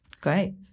Great